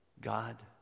God